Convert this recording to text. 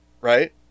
right